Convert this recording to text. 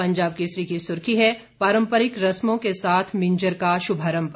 पंजाब केसरी की सुर्खी है पारंपरिक रस्मों के साथ मिंजर का शुभारंभ